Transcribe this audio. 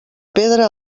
pedra